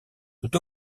tout